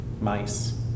mice